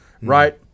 right